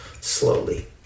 slowly